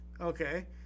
okay